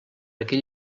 aquell